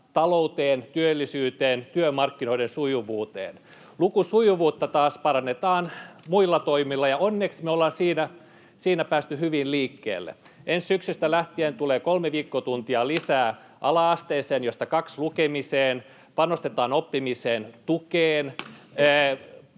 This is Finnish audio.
talouteen, työllisyyteen ja työmarkkinoiden sujuvuuteen. Lukusujuvuutta taas parannetaan muilla toimilla, ja onneksi me ollaan siinä päästy hyvin liikkeelle: ensi syksystä lähtien tulee kolme viikkotuntia lisää ala-asteelle, joista kaksi lukemiseen, panostetaan oppimisen tukeen,